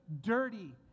dirty